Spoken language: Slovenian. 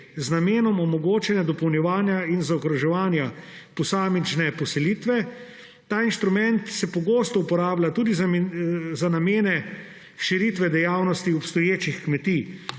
z namenom omogočanja dopolnjevanja in zaokroževanja posamične poselitve. Ta inštrument se pogosto uporablja tudi za namene širitve dejavnosti obstoječih kmetij.